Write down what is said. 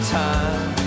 time